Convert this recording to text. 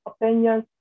opinions